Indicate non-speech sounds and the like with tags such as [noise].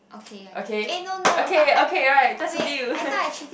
okay okay okay right that's a deal [laughs]